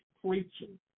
preaching